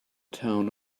town